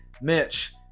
Mitch